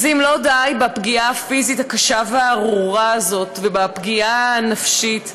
אז אם לא די בפגיעה הפיזית הקשה והארורה הזאת ובפגיעה הנפשית,